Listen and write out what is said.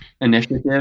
initiative